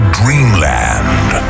dreamland